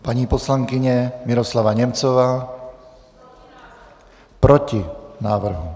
Paní poslankyně Miroslava Němcová: Proti návrhu.